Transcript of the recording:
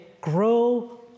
grow